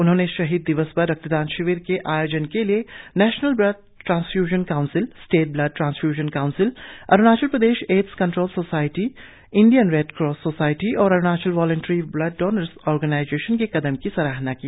उन्होंने शहीद दिवस पर रक्तदान शिविर के आयोजन के लिए national blood transfusion council state blood transfusion council Arunachal Pradesh AIDS control society Indian red cross society और Arunachal voluntary blood donors organisation के कदम की सराहना की